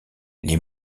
les